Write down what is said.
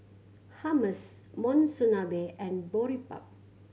Hummus Monsunabe and Boribap